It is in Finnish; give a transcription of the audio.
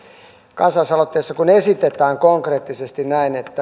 kun kansalais aloitteessa esitetään konkreettisesti näin